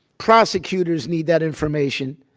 prosecutors need that information